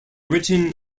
written